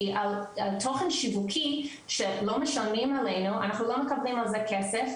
כי על תוכן שיווקי שלא משלמים עליו אנחנו לא מקבלים על זה כסף,